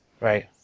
Right